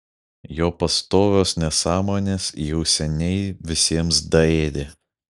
jo pastovios nesąmonės jau seniai visiems daėdė